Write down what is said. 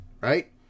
right